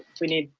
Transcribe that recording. we knew.